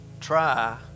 try